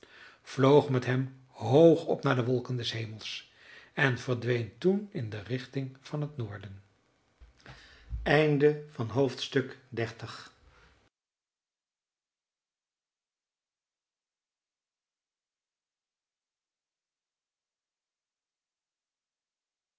vloog met hem hoog op naar de wolken des hemels en verdween toen in de richting van het noorden xxxi